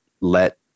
let